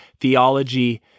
theology